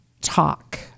talk